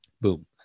Boom